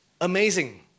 amazing